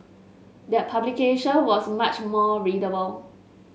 that publication was much more readable